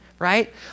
right